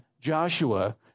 Joshua